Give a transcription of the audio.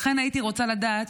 לכן הייתי רוצה לדעת,